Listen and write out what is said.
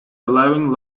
allowing